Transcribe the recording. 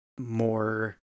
More